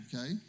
okay